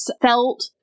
felt